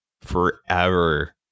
forever